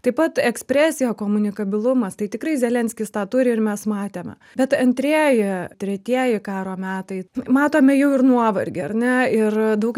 taip pat ekspresija komunikabilumas tai tikrai zelenskis tą turi ir mes matėme bet antrieji tretieji karo metai matome jau ir nuovargį ar ne ir daug